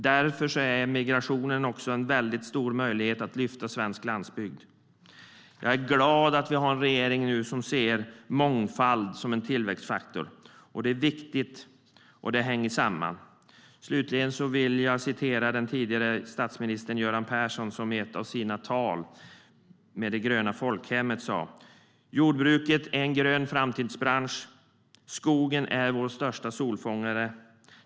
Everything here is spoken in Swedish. Därför innebär migrationen också en stor möjlighet att lyfta svensk landsbygd. Jag är glad över att vi nu har en regering som ser mångfald som en tillväxtfaktor. Det är viktigt. Slutligen vill jag citera den tidigare statsministern Göran Persson, som i ett av sina tal om det gröna folkhemmet sa: Jordbruket är en grön framtidsbransch. Skogen är vår största solfångare.